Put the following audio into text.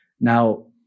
Now